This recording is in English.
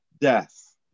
death